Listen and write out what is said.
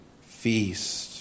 feast